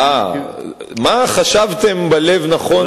מה חשבתם בלב שהוא נכון,